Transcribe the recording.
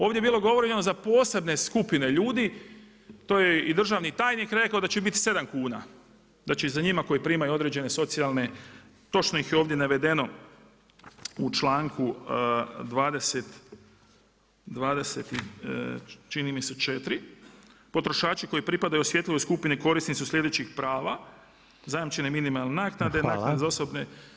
Ovdje je bilo govoreno za posebne skupine ljudi, to je i državni tajnik rekao da će biti 7 kuna, da će i za njima koji primaju određene socijalne, točno ih je ovdje navedeno u članku, čini mi se 24, potrošaču koji pripadaju osjetljivoj skupini korisnici su sljedećih prava, zajamčene minimalne naknade, naknade za osobne.